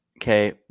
Okay